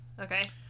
Okay